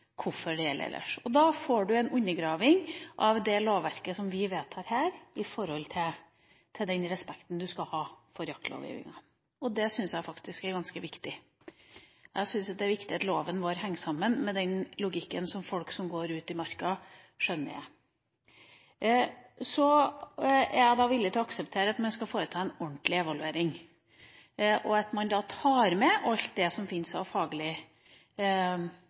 vi vedtar her, og for den respekten man skal ha for jaktlovgivninga. Det syns jeg faktisk er ganske viktig. Jeg syns det er viktig at loven vår henger sammen med en logikk som folk som går ute i marka, skjønner. Jeg er villig til å akseptere at man skal foreta en ordentlig evaluering, og at man tar med de kompetansemiljøene innen jakt som